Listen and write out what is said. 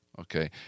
Okay